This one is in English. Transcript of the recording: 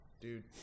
dude